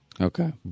Okay